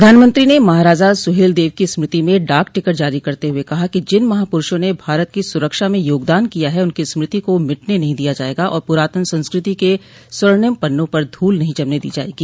प्रधानमंत्री ने महाराजा सुहेलदेव की स्मृति में डाक टिकट जारी करते हुए कहा कि जिन महापुरूषों ने भारत की सुरक्षा में योगदान किया है उनकी स्मृति को मिटने नहीं दिया जायेगा और पुरातन संस्कृति के स्वर्णिम पन्नों पर धूल नहीं जमने दी जायेगी